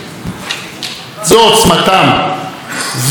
זו עוצמתם ולא חולשתם.